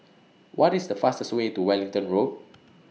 What IS The fastest Way to Wellington Road